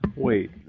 Wait